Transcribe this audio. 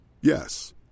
Yes